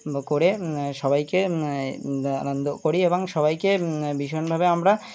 করে সবাইকে আনন্দ করি এবং সবাইকে ভীষণভাবে আমরা